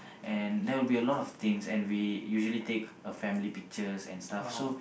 and there will be a lot of things and we usually take a family pictures and stuff so